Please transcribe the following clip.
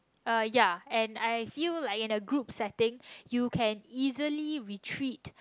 uh ya and I feel like in a group setting you can easily retreat